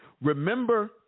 Remember